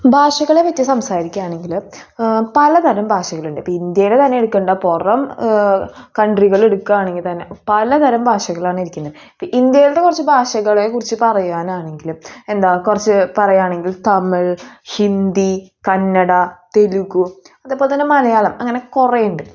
ഭാഷകളെപ്പറ്റി സംസാരിക്കുകയാണെങ്കിൽ പലതരം ഭാഷകളുണ്ട് ഇപ്പം ഇന്ത്യയിൽ തന്നെ എടുക്കണ്ട പുറം കൺട്രികൾ എടുക്കുകയാണെങ്കിൽ തന്നെ പലതരം ഭാഷകളാണ് ഇരിക്കുന്നത് ഇപ്പം ഇന്ത്യയിലത്തെ കുറച്ച് ഭാഷകളെ കുറിച്ച് പറയാനാണെങ്കിൽ എന്താ കുറച്ച് പറയുകയാണെങ്കിൽ തമിഴ് ഹിന്ദി കന്നഡ തെലുഗു അതേപോലെ തന്നെ മലയാളം അങ്ങനെ കുറേയുണ്ട്